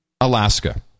Alaska